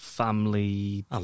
family